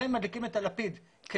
מדליקים את הלפיד.